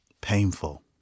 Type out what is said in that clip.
Painful